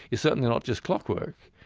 is certainly not just clockwork.